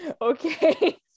okay